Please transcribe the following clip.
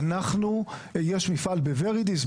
אנחנו יש מפעל בוורידיס,